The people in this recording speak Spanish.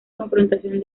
confrontación